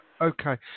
Okay